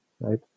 right